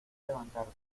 levantarse